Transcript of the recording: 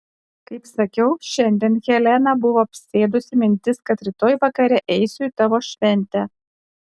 kaip sakiau šiandien heleną buvo apsėdusi mintis kad rytoj vakare eisiu į tavo šventę